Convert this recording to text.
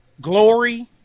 Glory